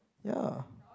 ya